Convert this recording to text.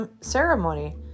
ceremony